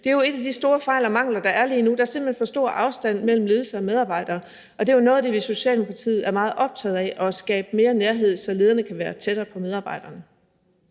Det er jo en af de store fejl og mangler, der er lige nu: Der er simpelt hen for stor afstand mellem ledelse og medarbejdere. Og det er jo noget af det, vi i Socialdemokratiet er meget optaget af: at skabe mere nærhed, så lederne kan være tættere på medarbejderne.